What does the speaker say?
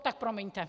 Tak promiňte.